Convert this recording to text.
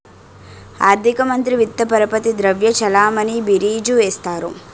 ఆర్థిక మంత్రి విత్త పరపతి ద్రవ్య చలామణి బీరీజు వేస్తారు